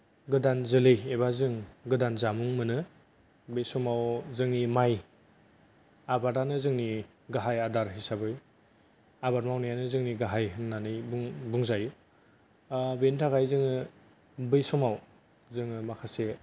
गोदान जोलै एबा जों गोदान जामुं मोनो बे समाव जोंनि माइ आबादानो जोंनि गाहाइ आदार हिसाबै आबाद मावनायानो जोंनि गाहाइ होननानै बुं बुंजायो ओ बेनि थाखाय जोङो बै समाव जोङो माखासे